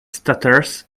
stutters